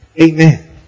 Amen